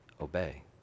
obey